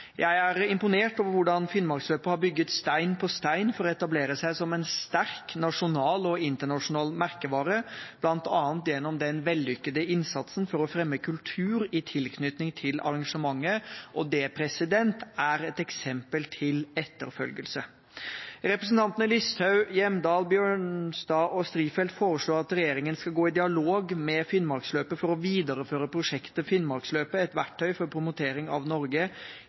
Jeg er imponert over hvordan Finnmarksløpet har bygget stein på stein for å etablere seg som en sterk nasjonal og internasjonal merkevare, bl.a. gjennom den vellykkede innsatsen for å fremme kultur i tilknytning til arrangementet. Det er et eksempel til etterfølgelse. Representantene Listhaug, Hjemdal, Bjørnstad og Strifeldt foreslår at regjeringen skal gå i dialog med Finnmarksløpet for å videreføre prosjektet «Finnmarksløpet – Et verktøy for promotering av Norge»